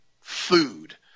food